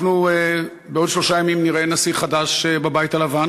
בעוד שלושה ימים נראה נשיא חדש בבית הלבן.